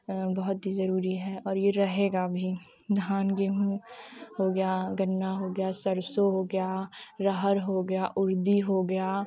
बहुत ही ज़रूरी है और ये रहेगा भी धान गेहूँ हो गया गन्ना हो गया सरसों हो गया अरहर हो गया उर्दी हो गया